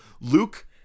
Luke